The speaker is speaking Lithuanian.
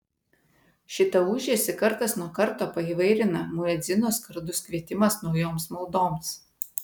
šitą ūžesį kartas nuo karto paįvairina muedzino skardus kvietimas naujoms maldoms